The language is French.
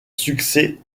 succès